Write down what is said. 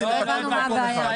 לא, לא הבנו מה הבעיה.